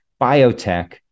biotech